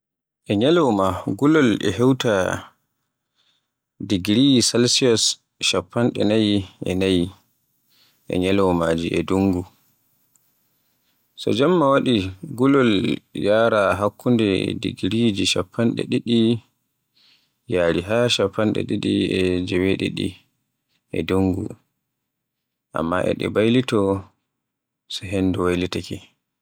E ñyaluwma gulol e hewta digiri salsiyos chappanɗe nayi e nayi e nyalauma dungu. So Jemma waɗi gulol e yaara hakkunde digiriji chappanɗe ɗiɗi yaari haa chappanɗe ɗiɗi e jeweɗiɗi e dungu. Amma e su baylito so hendu waylitaake.